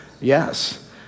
yes